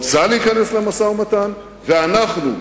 רוצה להיכנס למשא-ומתן, ואנחנו,